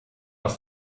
auf